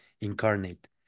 incarnate